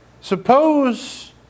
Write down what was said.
Suppose